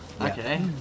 Okay